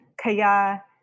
Kaya